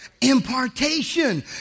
impartation